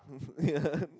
yeah